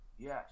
Yes